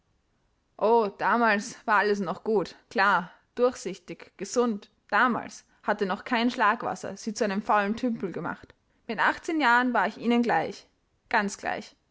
o damals war alles noch gut klar durchsichtig gesund damals hatte noch kein schlagwasser sie zu einem faulen tümpel gemacht mit achtzehn jahren war ich ihnen gleich ganz gleich